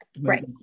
Right